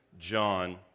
John